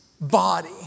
body